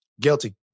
Guilty